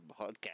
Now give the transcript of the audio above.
podcast